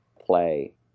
play